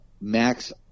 max